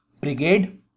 brigade